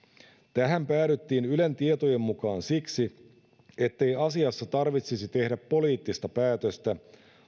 tähän päädyttiin ylen tietojen mukaan siksi ettei asiassa tarvitsisi tehdä poliittista päätöstä